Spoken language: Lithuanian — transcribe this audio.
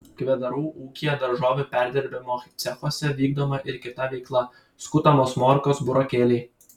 kvedarų ūkyje daržovių perdirbimo cechuose vykdoma ir kita veikla skutamos morkos burokėliai